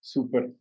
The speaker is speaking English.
Super